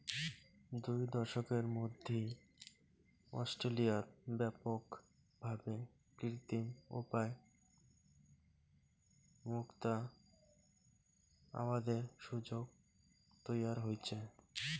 দুই দশকের মধ্যি অস্ট্রেলিয়াত ব্যাপক ভাবে কৃত্রিম উপায় মুক্তা আবাদের সুযোগ তৈয়ার হইচে